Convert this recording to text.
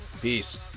Peace